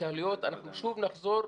התקהלויות אנחנו שוב נחזור,